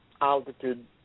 altitude